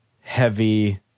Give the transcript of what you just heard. heavy